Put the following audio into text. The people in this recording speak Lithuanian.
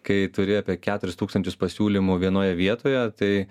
kai turi apie keturis tūkstančius pasiūlymų vienoje vietoje tai